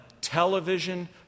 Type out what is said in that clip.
television